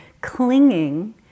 clinging